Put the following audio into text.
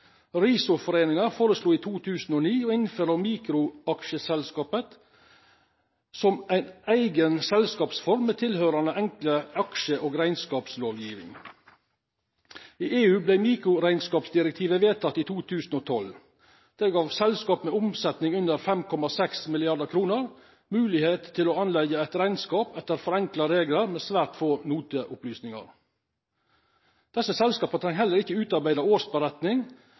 Revisorforeningen foreslo i 2009 å innføra mikroaksjeselskapet som eia eiga selskapsform med tilhøyrande enklare aksje- og rekneskapslovgjeving. I EU vart mikrorekneskapsdirektivet vedteke i 2012. Det gav selskap med omsetjing under 5,6 mill. kr moglegheit til å gå i gang med ein rekneskap etter forenkla reglar med svært få noteopplysningar. Desse selskapa treng heller ikkje utarbeida årsberetning.